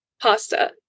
Pasta